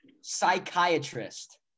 Psychiatrist